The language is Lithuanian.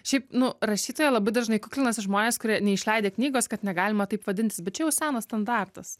šiaip nu rašytoja labai dažnai kuklinasi žmonės kurie neišleidę knygos kad negalima taip vadintis bet čia jau senas standartas